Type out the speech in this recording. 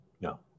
No